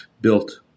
built